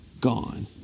gone